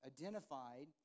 identified